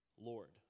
Lord